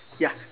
ya